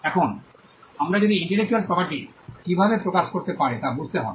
এখন আমাদের যদি ইন্টেলেকচুয়াল প্রপার্টিটি কীভাবে এটি প্রকাশ করতে পারে তা বুঝতে হবে